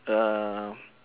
uh